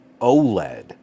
OLED